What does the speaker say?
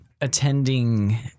attending